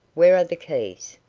where are the keys?